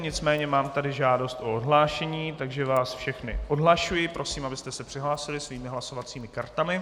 Nicméně mám tady žádost o odhlášení, takže vás všechny odhlašuji a prosím, abyste se přihlásili svými hlasovacími kartami.